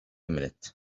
minute